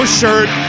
shirt